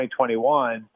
2021